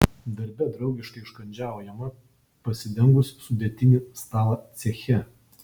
darbe draugiškai užkandžiaujama pasidengus sudėtinį stalą ceche